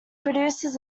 produces